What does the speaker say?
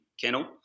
kennel